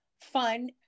fun